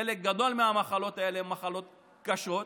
חלק גדול מהמחלות האלה הן מחלות קשות,